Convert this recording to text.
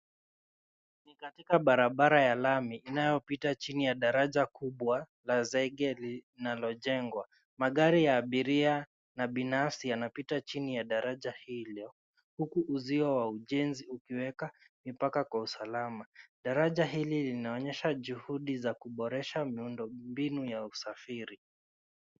Ni katika barabara ya lami inayopita chini ya daraja kubwa, la zenge linalojengwa. Magari ya abiria na binafsi yanapita chini ya daraja hilo. Huku uzio wa ujenzi ukiweka mipaka kwa usalama. Daraja hili linaonyesha juhudi za kuboresha miundombinu ya usafiri.